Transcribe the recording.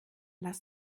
lass